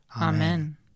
Amen